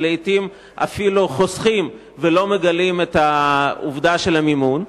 שלעתים אפילו חוסכים ולא מגלים את העובדה של המימון,